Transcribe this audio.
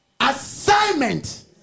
assignment